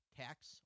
tax